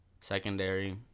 secondary